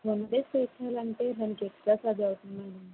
ten days stay చేయాలంటే కొంచం ఎక్కువ అవుతుందండి